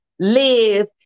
Live